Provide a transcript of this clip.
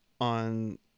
on